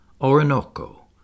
Orinoco